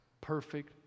perfect